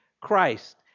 Christ